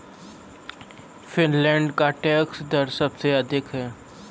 Finland का tax दर सबसे अधिक है